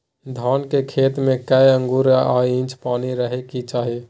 धान के खेत में कैए आंगुर आ इंच पानी रहै के चाही?